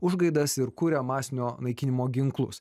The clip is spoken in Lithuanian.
užgaidas ir kuria masinio naikinimo ginklus